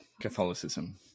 Catholicism